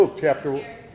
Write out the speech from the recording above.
chapter